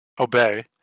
obey